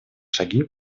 шаги